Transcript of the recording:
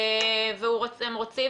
והם רוצים